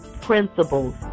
principles